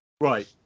right